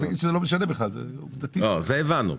את זה הבנו.